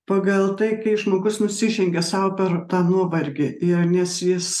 pagal tai kaip žmogus nusižengia sau per tą nuovargį yra nes jis